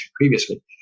previously